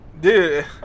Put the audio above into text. dude